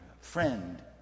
friend